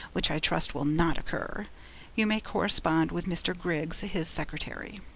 which i trust will not occur you may correspond with mr. griggs, his secretary.